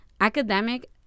academic